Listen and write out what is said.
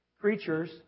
creatures